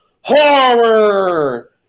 horror